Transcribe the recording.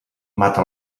mata